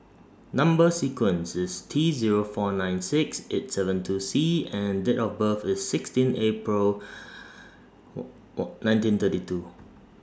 Number sequence IS T Zero four nine six eight seven two C and Date of birth IS sixteen April nineteen thirty two